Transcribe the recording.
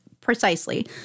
Precisely